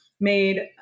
made